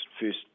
first